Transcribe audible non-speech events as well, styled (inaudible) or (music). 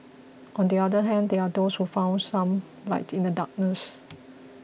on the other hand there are those who found some light in the darkness (noise)